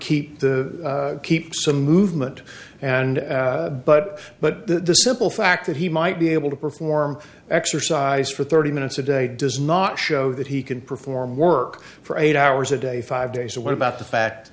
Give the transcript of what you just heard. keep the keep some movement and but but the simple fact that he might be able to perform exercise for thirty minutes a day does not show that he can perform work for eight hours a day five days and what about the fact